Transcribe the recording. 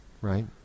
right